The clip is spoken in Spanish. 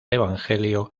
evangelio